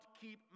keep